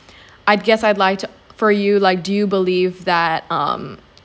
I guess I'd like for you like do you believe that um